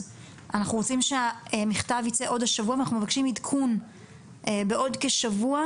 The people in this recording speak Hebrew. אנחנו רוצים שהמכתב ייצא עוד השבוע ואנחנו מבקשים עדכון בעוד כשבוע